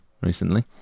recently